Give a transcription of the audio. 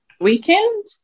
Weekend